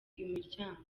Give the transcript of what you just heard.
imiryango